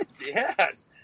Yes